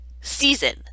season